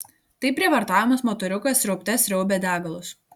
taip prievartaujamas motoriukas sriaubte sriaubė degalus